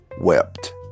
wept